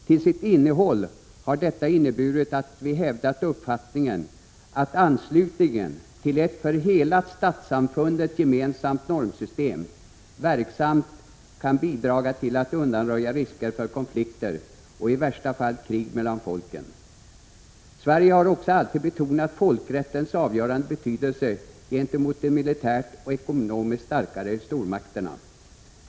Till sitt innehåll har detta inneburit att vi hävdat uppfattningen att anslutningen till ett för hela ”statssamfundet” gemensamt normsystem verksamt kan bidra till att undanröja risker för konflikter och i värsta fall krig mellan folken. Sverige har också alltid betonat folkrättens avgörande betydelse gentemot de militärt och ekonomiskt starkare stormakterna.